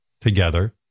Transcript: together